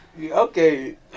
Okay